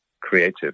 creative